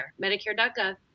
Medicare.gov